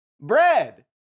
Bread